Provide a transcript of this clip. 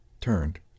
turned